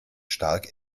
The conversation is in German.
stark